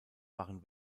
waren